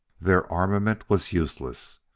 their armament was useless.